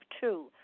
two